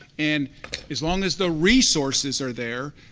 and as long as the resources are there,